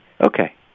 Okay